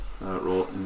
Roll